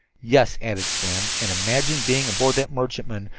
yes, added slim, and imagine being aboard that merchantman,